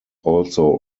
also